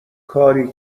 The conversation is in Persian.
کاری